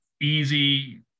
easy